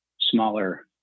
smaller